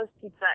pizza